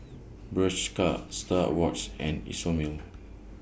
Bershka STAR Awards and Isomil